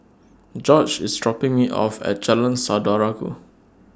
Jorge IS dropping Me off At Jalan Saudara Ku